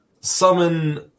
summon